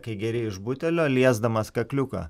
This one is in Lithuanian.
kai geri iš butelio liesdamas kakliuką